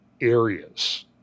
areas